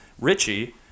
Richie